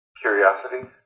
Curiosity